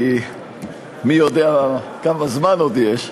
כי מי יודע כמה זמן עוד יש.